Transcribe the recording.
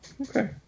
okay